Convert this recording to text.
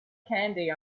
candy